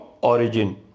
origin